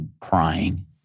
crying